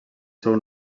seu